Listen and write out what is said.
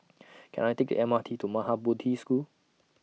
Can I Take M R T to Maha Bodhi School